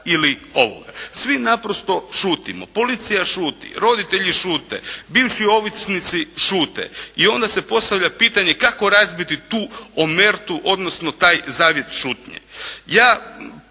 Svi naprosto šutimo. Policija šuti, roditelji šute, bivši ovisnici šute i onda se postavlja pitanje kako razbiti tu omertu, odnosno taj zavjet šutnje.